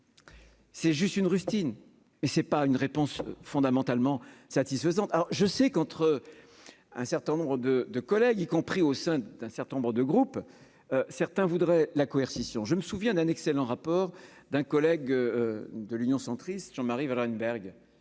C'est juste une rustine et c'est pas une réponse fondamentalement satisfaisante, alors je sais qu'entre un certains nombres de 2 collègues, y compris au sein d'un certain nombres de groupes, certains voudraient la coercition, je me souviens d'un excellent rapport d'un collègue de l'Union centriste Jean Marie Wallenberg,